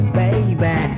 baby